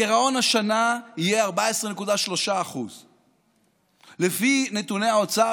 הגירעון השנה יהיה 14.3%. לפי נתוני האוצר,